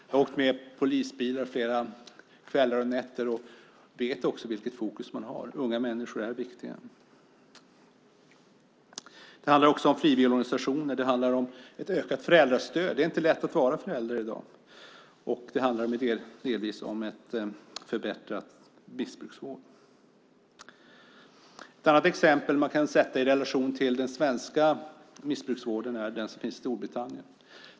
Jag har åkt med i polisbilar flera kvällar och nätter och vet vilket fokus man har; unga människor är viktiga. Det handlar också om frivilligorganisationer och om ett ökat föräldrastöd; det är inte lätt att vara förälder i dag. Det handlar delvis också om förbättrad missbrukarvård. Ett annat exempel man kan sätta i relation till den svenska missbrukarvården är det som finns i Storbritannien.